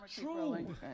true